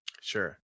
Sure